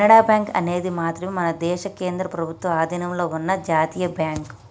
Canara bank అనేది మాత్రమే మన దేశ కేంద్ర ప్రభుత్వ అధీనంలో ఉన్న జాతీయ బ్యాంక్